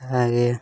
ಹಾಗೆ